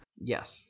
Yes